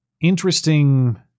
interesting